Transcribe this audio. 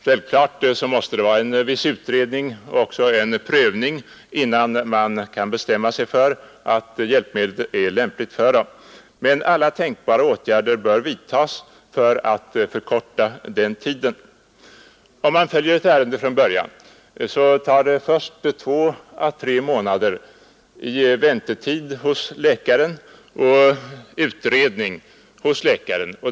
Självklart måste det förekomma en viss utredning och även prövning, innan man kan bestämma sig för att hjälpmedlet är lämpligt, men alla tänkbara åtgärder bör vidtas för att förkorta den tiden. Om man följer ett ärende från början, finner man att det först tar 2 3 3 månader i väntetid och utredning hos läkaren.